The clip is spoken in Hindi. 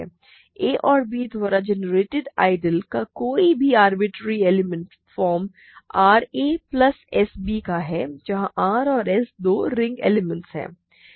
a और b द्वारा जनरेटेड आइडियल का कोई भी arbitrary element form ra plus sb का है जहाँ r और s दो रिंग एलिमेंट हैं